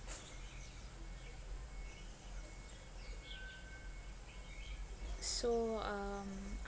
so um